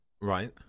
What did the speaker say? Right